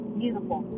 beautiful